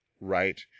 right